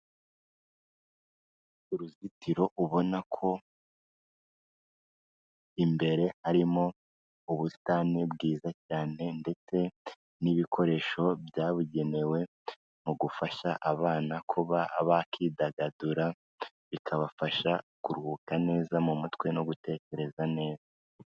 Uruzitiro ubona ko imbere harimo ubusitani bwiza cyane ndetse n'ibikoresho byabugenewe mu gufasha abana kuba bakwidagadura, bikabafasha kuruhuka neza mu mutwe no gutekereza neza.